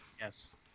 Yes